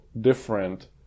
different